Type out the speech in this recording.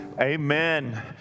Amen